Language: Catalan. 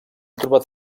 trobat